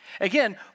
Again